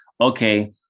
okay